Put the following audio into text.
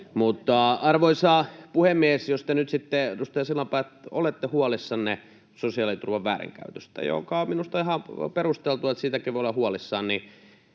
Arvoisa puhemies! Jos te nyt sitten, edustaja Sillanpää, olette huolissanne sosiaaliturvan väärinkäytöstä, mikä on minusta ihan perusteltua, että siitäkin voi olla huolissaan,